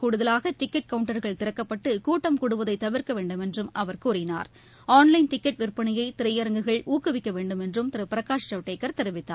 கூடுதலாகடிக்கெட் கவுண்டர்கள் திறக்கப்பட்டுகூட்டர் திரையரங்குகளில் கூடுவதைதவிர்க்கவேண்டும் என்றும் அவர் கூறினார் ஆன்லைன் டிக்கெட்டுவிற்பனையைதிரையரங்குகள் ஊக்குவிக்கவேண்டும் என்றும் திருபிரகாஷ் ஐவ்டேகர் தெரிவித்தார்